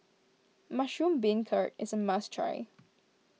Mushroom Beancurd is a must try